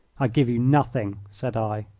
i give you nothing, said i.